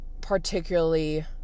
particularly